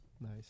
Nice